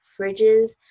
fridges